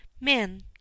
men